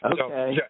Okay